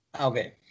Okay